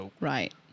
Right